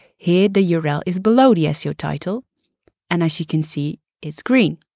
here, the yeah url is below the ah seo title and as you can see it's green.